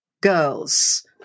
girls